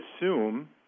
assume